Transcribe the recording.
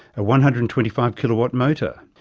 a one hundred and twenty five kilowatt motor,